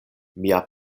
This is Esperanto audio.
mia